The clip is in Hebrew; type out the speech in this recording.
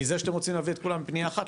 מזה שאתם רוצים להביא את כולם בפנייה אחת,